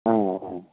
ஆ ஆ